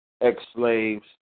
ex-slaves